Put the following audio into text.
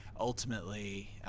ultimately